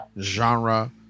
genre